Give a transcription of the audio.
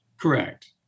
Correct